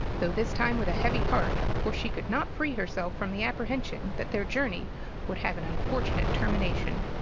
though this time with a heavy heart for she could not free herself from the apprehension that their journey would have an unfortunate termination.